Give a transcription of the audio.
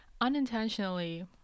unintentionally